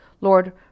Lord